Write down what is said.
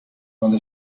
quando